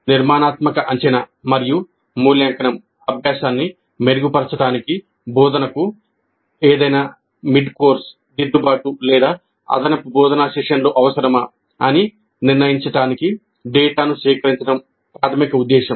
నిర్మాణాత్మక అంచనా మరియు మూల్యాంకనం అభ్యాసాన్ని మెరుగుపరచడానికి బోధనకు ఏదైనా మిడ్కోర్స్ దిద్దుబాటు లేదా అదనపు బోధనా సెషన్లు అవసరమా అని నిర్ణయించడానికి డేటాను సేకరించడం ప్రాథమిక ఉద్దేశ్యం